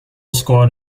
squad